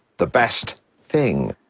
the best thing?